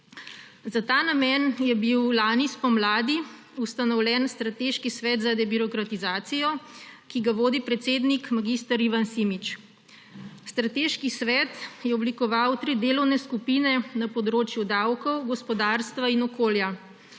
Za ta namen je bil lani spomladi ustanovljen Strateški svet za debirokratizacijo, ki ga vodi predsednik mag. Ivan Simič. Strateški svet je oblikoval tri delovne skupine na področju davkov, gospodarstva in okolja.